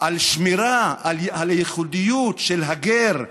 על שמירה על ייחודיות של הגר,